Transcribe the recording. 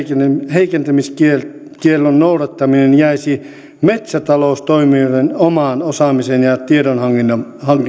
heikentämiskiellon noudattaminen jäisi metsätaloustoimijoiden oman osaamisen ja ja tiedonhankinnan